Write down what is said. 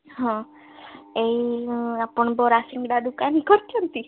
ହଁ ଏଇ ଆପଣ ବରା ସିଂଘଡ଼ା ଦୋକାନ କରିଛନ୍ତି